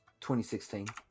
2016